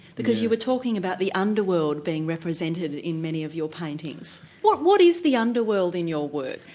because you were talking about the underworld being represented in many of your paintings. what what is the underworld in your work?